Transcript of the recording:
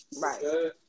right